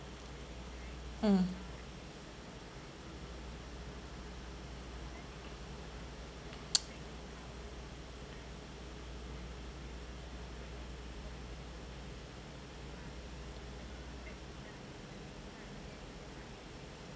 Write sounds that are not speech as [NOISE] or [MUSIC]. mm [NOISE]